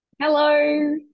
Hello